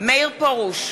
מאיר פרוש,